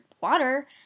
water